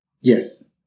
Yes